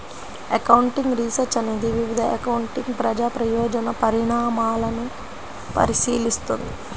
accounting research అనేది వివిధ accounting ప్రజా ప్రయోజన పరిణామాలను పరిశీలిస్తుంది